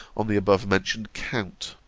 on the above-mentioned account